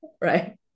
right